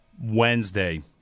wednesday